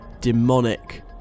demonic